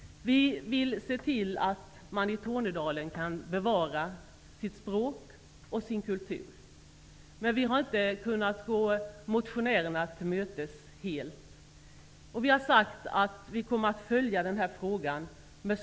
Vi vill se till att man i Tornedalen kan bevara sitt språk och sin kultur, men vi har inte kunnat gå motionärerna helt till mötes. Vi har sagt att vi med största intresse kommer att följa den här frågan.